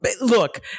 Look